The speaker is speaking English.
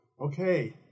okay